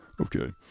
okay